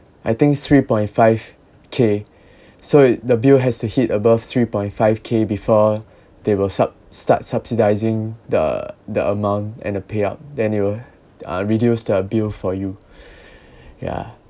I think three point five K so the bill has to hit above three point five K before they will sup~ start subsidising the the amount and the payout then they will uh reduce the bill for you yeah